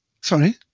sorry